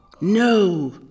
No